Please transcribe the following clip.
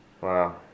Wow